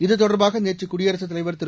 இதுதொடர்பாக நேற்று குடியரசுத் தலைவர் திரு